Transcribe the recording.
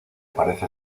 parece